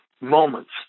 moments